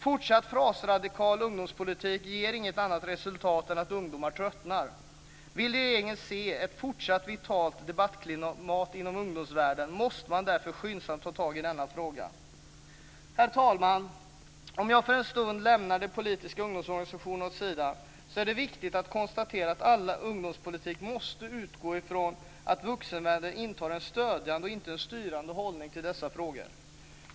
Fortsatt frasradikal ungdomspolitik ger inget annat resultat än att ungdomar tröttnar. Vill regeringen se ett fortsatt vitalt debattklimat inom ungdomsvärlden måste man därför skyndsamt ta tag i denna fråga. Herr talman! Om jag för en stund lämnar de politiska ungdomsorganisationerna åt sidan är det viktigt att konstatera att all ungdomspolitik måste utgå från att vuxenvärlden intar en stödjande och inte en styrande hållning i dessa frågor.